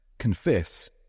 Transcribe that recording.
Confess